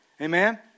Amen